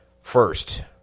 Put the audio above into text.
First